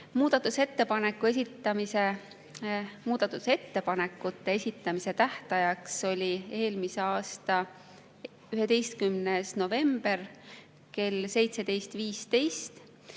Muudatusettepanekute esitamise tähtaeg oli eelmise aasta 11. november kell 17.15.